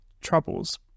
troubles